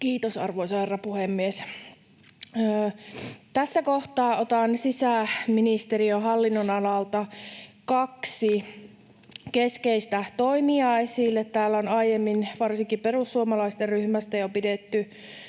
Kiitos, arvoisa herra puhemies! Tässä kohtaa otan sisäministeriön hallinnonalalta kaksi keskeistä toimijaa esille. Täällä on aiemmin varsinkin perussuomalaisten ryhmästä jo pidetty